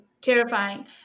terrifying